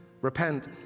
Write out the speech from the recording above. Repent